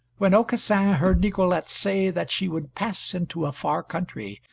when aucassin heard nicolete say that she would pass into a far country,